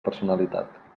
personalitat